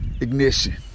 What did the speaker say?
Ignition